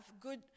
good